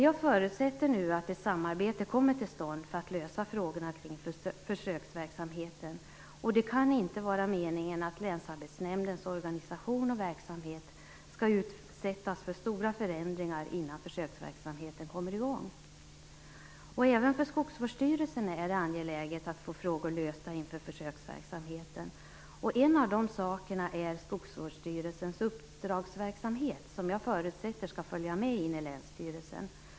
Jag förutsätter nu att ett samarbete kommer till stånd för att lösa frågorna kring försöksverksamheten. Det kan inte vara meningen att länsarbetsnämndens organisation och verksamhet skall utsättas för stora förändringar innan försöksverksamheten kommer i gång. Även för skogsvårdsstyrelsen är det angeläget att få frågor lösta inför försöksverksamheten. En av dessa är skogsvårdsstyrelsens uppdragsverksamhet, som jag förutsätter skall följa med in i länsstyrelsen.